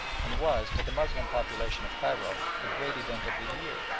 and was, to the moslem population of cairo, the great event of the year,